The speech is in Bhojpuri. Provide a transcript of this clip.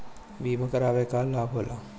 बीमा करावे से का लाभ होला?